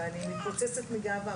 ואני מתפוצצת מגאווה,